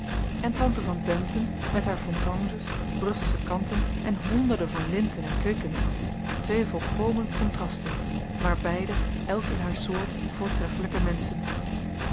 en tante van bempden met hare fontanges brusselsche kanten en honderden van linten en kwikken twee volkomen kontrasten maar beide elk in haar soort voortreffelijke menschen